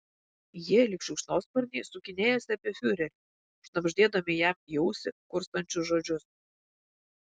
jie lyg šikšnosparniai sukinėjasi apie fiurerį šnabždėdami jam į ausį kurstančius žodžius